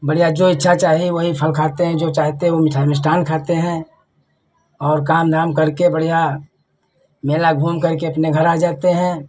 बढ़ियाँ जो इच्छा चाहे वही फल खाते हैं जो चाहते वह मिठा मिष्ठान्न खाते हैं और काम धाम करके बढ़ियाँ मेला घूम करके अपने घर आ जाते हैं